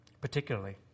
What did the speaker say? Particularly